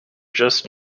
just